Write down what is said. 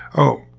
oh,